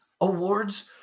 awards